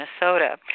Minnesota